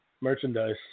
merchandise